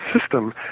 system